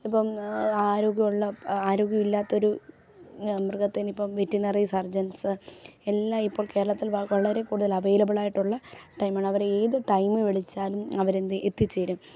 ഇപ്പം ആരോഗ്യമുള്ള ആരോഗ്യവില്ലാത്തൊരു മൃഗത്തെ ഇനിയിപ്പം വെറ്റിനറി സർജൻസ് എല്ലാം ഇപ്പം കേരളത്തിൽ വളരെ കൂടുതൽ അവൈലബിളായിട്ടുള്ള ടൈംമാണ് അവരേ ഏത് ടൈമിൽ വിളിച്ചാലും അവർ എന്ത് ചെയ്യും എത്തിച്ചേരും